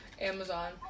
Amazon